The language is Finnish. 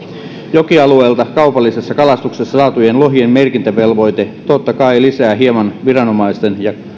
jokialueilta kaupallisessa kalastuksessa saatujen lohien merkintävelvoite totta kai lisää hieman viranomaisten ja